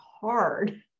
hard